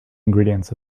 ingredients